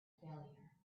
failure